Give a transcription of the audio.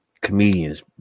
Comedians